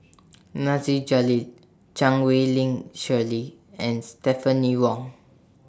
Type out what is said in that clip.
Nasir Jalil Chan Wei Ling Cheryl and Stephanie Wong